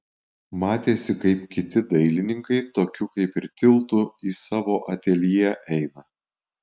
matėsi kaip kiti dailininkai tokiu kaip ir tiltu į savo ateljė eina